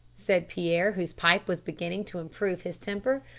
said pierre, whose pipe was beginning to improve his temper.